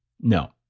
No